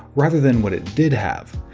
rather than what it did have.